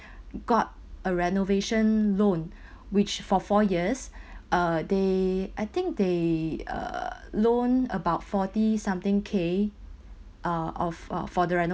got a renovation loan which for four years uh they I think they uh loan about forty something K uh of uh for the reno~